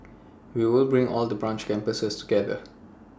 we will bring all the branch campuses together